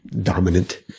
dominant